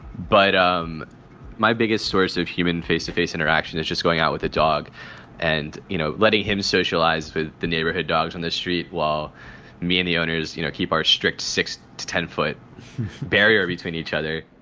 but um my biggest source of human face to face interaction is just going out with a dog and, you know, letting him socialize with the neighborhood dogs on the street while many owners, you know, keep our strict six to ten foot barrier between each other,